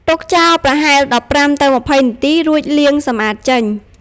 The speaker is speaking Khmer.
ទុកចោលប្រហែល ១៥ ទៅ ២០ នាទី រួចលាងសម្អាតចេញ។